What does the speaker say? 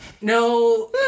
No